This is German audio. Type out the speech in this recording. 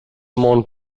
mont